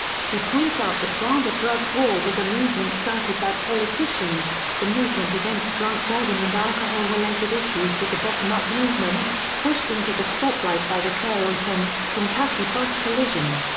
she points out that while the drug war was a movement started by politicians, the movement against drunk driving and alcohol related issues was a bottom-up movement, pushed into the spotlight by the carrollton, kentucky bus collision.